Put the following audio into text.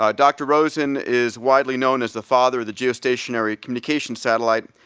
ah dr. rosen is widely known as the father of the geostationary communications satellite,